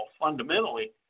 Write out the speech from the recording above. fundamentally